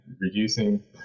reducing